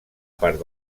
part